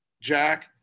Jack